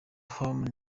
homes